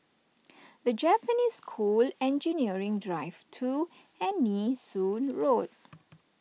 the Japanese School Engineering Drive two and Nee Soon Road